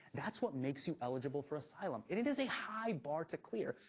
that's what makes you eligible for asylum. and it is a high bar to clear.